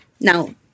Now